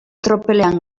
tropelean